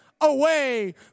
away